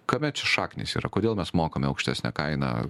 kame šaknys yra kodėl mes mokame aukštesnę kainą